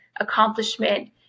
accomplishment